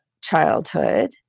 childhood